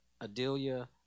Adelia